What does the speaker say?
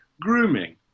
grooming